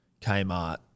Kmart